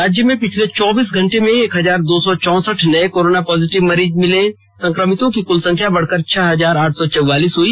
राज्य में पिछले चौबीस घंटे में एक हजार दो सौ चौंसठ नए कोरोना पॉजिटिव मरीज मिले संक्रमितों की कुल संख्या बढ़कर छह हजार आठ सौ चौवालीस हुई